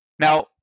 Now